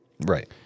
Right